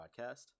podcast